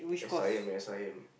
S_I_M S_I_M